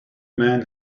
man